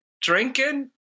drinking